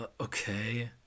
okay